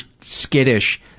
skittish